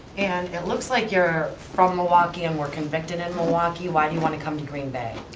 and it looks like you're from milwaukee and were convicted in milwaukee. why do you wanna come to green bay?